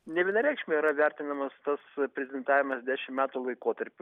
nevienareikšmiai yra vertinamas tas prezidentavimas dešim metų laikotarpiu